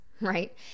right